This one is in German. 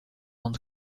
und